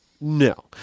No